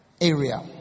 area